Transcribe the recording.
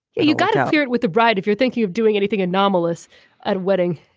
you gotta hear it with the bride if you're thinking of doing anything anomalous at wedding.